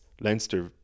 Leinster